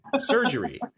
surgery